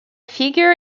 figure